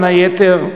בין היתר,